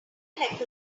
heck